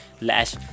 Lash